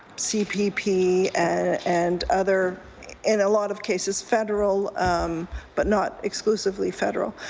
cpp and other in a lot of cases federal but not exclusively federal,